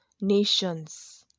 nations